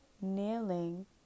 kneeling